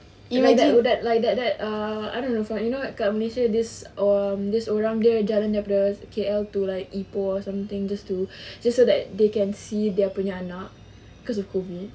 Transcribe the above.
like that like that that uh I don't know for you know dekat malaysia this um this orang dia jalan daripada K_L to like ipoh or something just to just so that they can see their punya anak cause of COVID